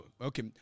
okay